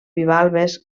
bivalves